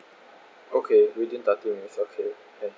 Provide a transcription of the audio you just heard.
okay within thirty minutes okay can